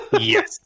Yes